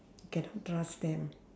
cannot trust them